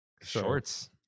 Shorts